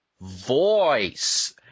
voice